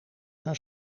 naar